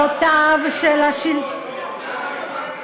יסודותיו של השלטון, היא מסיתה.